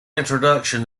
introduction